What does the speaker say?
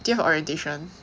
do you have orientation